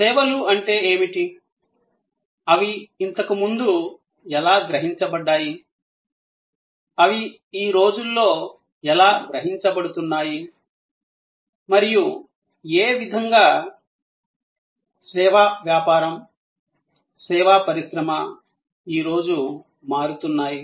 సేవలు అంటే ఏమిటి అవి ఇంతకుముందు ఎలా గ్రహించబడ్డాయి అవి ఈ రోజుల్లో ఎలా గ్రహించబడుతున్నాయి మరియు ఏ విధంగా సేవా వ్యాపారం సేవా పరిశ్రమ ఈ రోజు మారుతున్నాయి